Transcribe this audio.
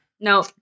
No